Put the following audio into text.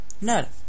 No